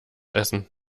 essen